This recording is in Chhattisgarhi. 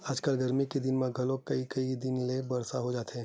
आजकल गरमी के दिन म घलोक कइ कई दिन ले बरसा हो जाथे